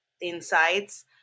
insights